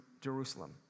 Jerusalem